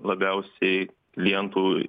labiausiai klientų